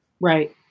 Right